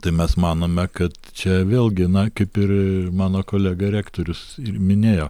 tai mes manome kad čia vėlgi na kaip ir mano kolega rektorius ir minėjo